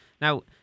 Now